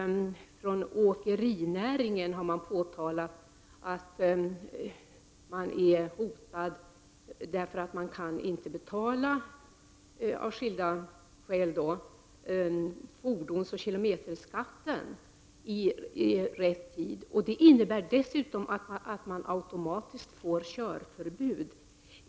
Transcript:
Åkerinäringen har påtalat att den är hotad på grund av att den av olika skäl inte kan betala fordonsoch kilometerskatt i rätt tid. Det innebär dessutom att åkarna drabbas av körförbud.